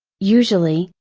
usually,